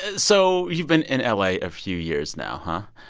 ah so you've been in la a few years now, huh?